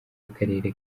akarere